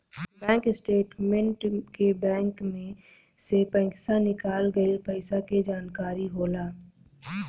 bank statement के में bank से निकाल गइल पइसा के जानकारी होला